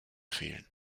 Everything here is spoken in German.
fehlen